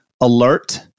alert